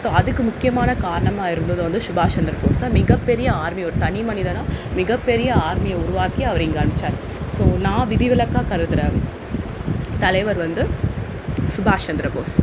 so அதுக்கு முக்கியமான காரணமாக இருந்தது வந்து சுபாஷ் சந்திர போஸ் தான் மிகப்பெரிய ஆர்மி ஒரு தனி மனிதனாக மிகப்பெரிய ஆர்மியை உருவாக்கி அவர் இங்கே அனுப்பிச்சாரு ஸோ நான் விதிவிலக்காக கருதுகிற தலைவர் வந்து சுபாஷ் சந்திர போஸ்